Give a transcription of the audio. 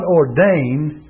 ordained